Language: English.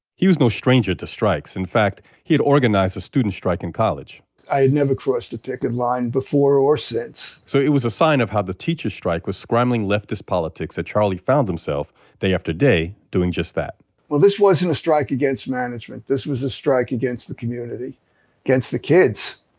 he was no stranger to strikes. in fact, he'd organized a student strike in college i had never crossed a picket line before or since so it was a sign of how the teacher's strike was scrambling leftist politics that charlie found himself day after day doing just that well, this wasn't a strike against management. this was a strike against the community against the kids.